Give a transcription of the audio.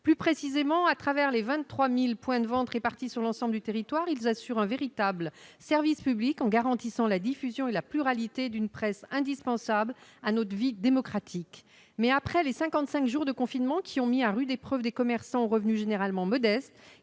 la proximité. Par le biais de 23 000 points de vente répartis sur l'ensemble du territoire, ils assurent un véritable service public en permettant la diffusion et la pluralité d'une presse indispensable à notre vie démocratique. Mais, après cinquante-cinq jours de confinement qui ont mis à rude épreuve ces commerçants aux revenus généralement modestes,